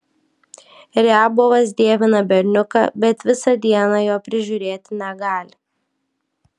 riabovas dievina berniuką bet visą dieną jo prižiūrėti negali